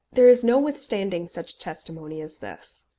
there is no withstanding such testimony as this.